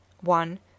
one